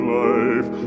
life